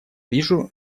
вижу